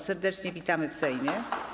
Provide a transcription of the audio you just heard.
Serdecznie witamy w Sejmie.